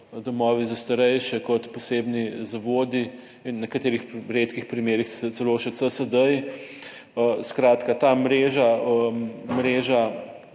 domovi za starejše kot posebni zavodi in v nekaterih redkih primerih celo še CSD-ji. Skratka, ta mreža,